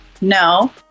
no